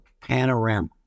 panorama